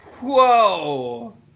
Whoa